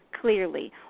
clearly